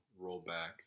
rollback